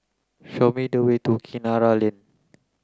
show me the way to Kinara Lane